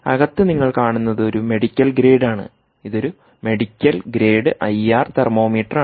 അകത്ത് നിങ്ങൾ കാണുന്നത് ഒരു മെഡിക്കൽ ഗ്രേഡ് ആണ് ഇത് ഒരു മെഡിക്കൽ ഗ്രേഡ് ഐ ആർ തെർമോമീറ്ററാണ്